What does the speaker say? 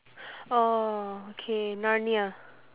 oh okay narnia